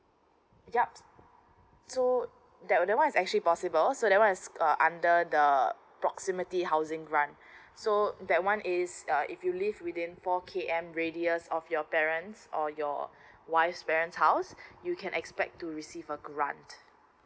yup so that that one is actually possible so that one is under the proximity housing grant so that one is err if you live within four K_M radius of your parents or your wife's parents house you can expect to receive a grant